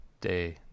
day